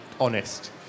honest